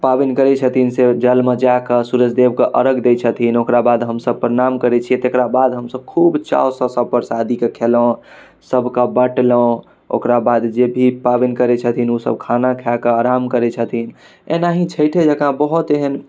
पाबनि करै छथिन से जलमे जाकऽ सुरुजदेवके अरघ दै छथिन ओकरा बाद हमसभ प्रणाम करै छिए तकराबाद हमसभ खूब चावसँ सब परसादीके खेलहुँ सभके बँटलहुँ ओकराबाद जेभी पाबनि करै छथिन ओसभ खाना खाकऽ आराम करै छथिन एनाहि छइठे जकाँ बहुत एहन